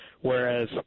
Whereas